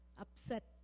upset